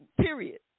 period